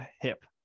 hip